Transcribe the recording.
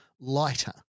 lighter